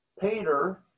Peter